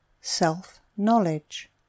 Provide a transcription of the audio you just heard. Self-Knowledge